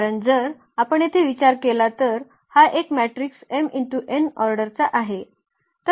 कारण जर आपण येथे विचार केला तर हा एक मॅट्रिक्स m×n ऑर्डरचा आहे